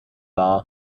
wahr